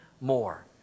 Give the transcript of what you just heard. more